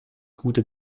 gute